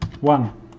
One